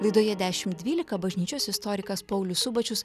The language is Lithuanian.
laidoje dešimt dvylika bažnyčios istorikas paulius subačius